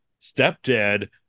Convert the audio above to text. stepdad